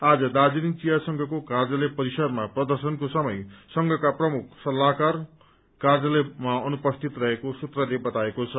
आज दार्जीलिङ चिया संघको कार्यालय परिसरमा प्रदर्शनको समय संघका प्रमुख सल्लाहकार कार्यालयबाट अनुपस्थित रहेको सूत्रले बताएको छ